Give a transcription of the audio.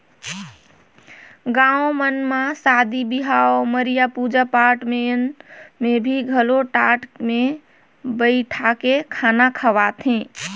गाँव मन म सादी बिहाव, मरिया, पूजा पाठ मन में घलो टाट मे बइठाके खाना खवाथे